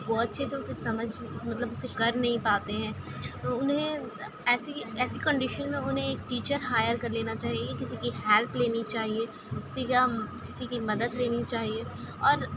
وہ اچھے سے اسے سمجھ مطلب اسے کر نہیں پاتے ہیں انہیں ایسی کہ ایسی کنڈیشن میں انہیں ایک ٹیچر ہایر کر لینا چاہیے یا کسی کی ہیلپ لینی چاہیے کسی کا کسی کی مدد لینی چاہیے اور